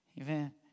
Amen